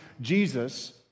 jesus